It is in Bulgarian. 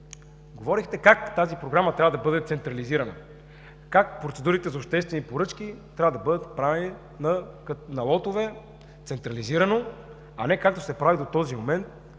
говорехте как тази Програма трябва да бъде централизирана, как процедурите за обществени поръчки трябва да бъдат правени на лотове, централизирано, а не както се прави до този момент